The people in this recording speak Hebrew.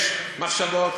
יש מחשבות.